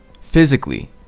Physically